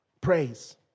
Praise